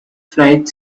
flight